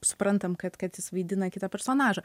suprantam kad kad jis vaidina kitą personažą